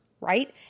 Right